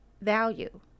value